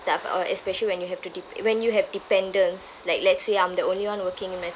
stuff uh especially when you have to dep~ when you have dependents like let's say I'm the only one working in my